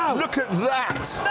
look at that!